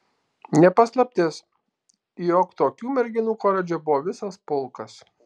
ne paslaptis jog tokių merginų koledže buvo visas pulkas